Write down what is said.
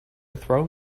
throw